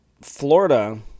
Florida